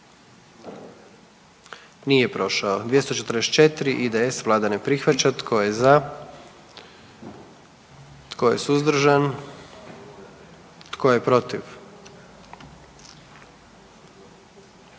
zastupnika SDP-a, vlada ne prihvaća. Tko je za? Tko je suzdržan? Tko je protiv?